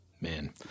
Man